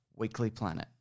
weeklyplanet